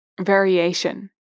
variation